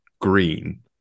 green